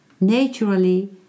naturally